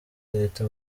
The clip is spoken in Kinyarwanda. leta